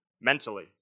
mentally